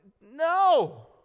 no